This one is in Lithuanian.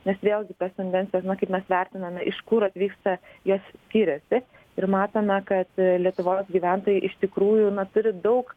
nes vėlgi tas tendencijas žinokit mes vertiname iš kur atvyksta jos skiriasi ir matome kad lietuvos gyventojai iš tikrųjų na turi daug